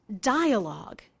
dialogue